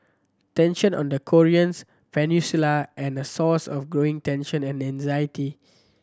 tension on the Koreans peninsula and a source of growing tension and anxiety